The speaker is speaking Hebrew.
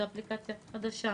זו אפליקציה חדשה,